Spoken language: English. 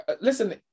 Listen